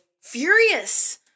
furious